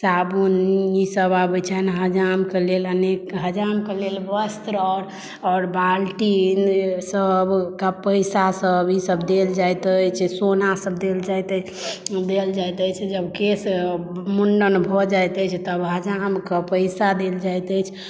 साबुन ई सब आबै छनि हजाम के लेल अनेक हजाम के लेल वस्त्र आओर बाल्टीन सब पैसा सब ई सब देल जाइत अछि सोना सब देल जाइत अछि देल जाइत अछि जब केश मुंडन भऽ जायत अछि तब हजाम के पैसा देल जाइत अछि